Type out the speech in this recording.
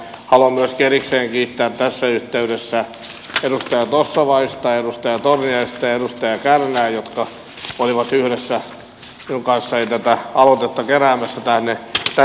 haluan myöskin erikseen kiittää tässä yhteydessä edustaja tossavaista edustaja torniaista ja edustaja kärnää jotka olivat yhdessä minun kanssani tänne aloitteeseen keräämässä nimiä